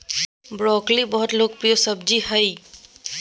broccoli बहुत लोकप्रिय सब्जी हइ